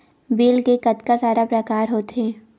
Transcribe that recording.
Bill के कतका सारा प्रकार होथे?